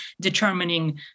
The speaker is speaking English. determining